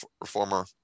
reformer